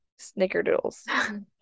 snickerdoodles